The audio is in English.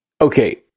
Okay